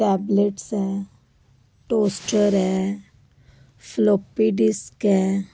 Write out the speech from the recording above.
tablets ਹੈ toaster ਹੈ floppy disk ਹੈ